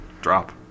Drop